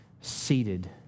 Seated